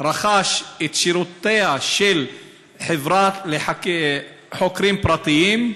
שכר את שירותיה של חברת חוקרים פרטיים,